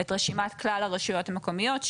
את רשימת כלל הרשויות המקומיות,